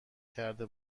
کرده